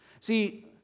See